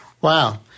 Wow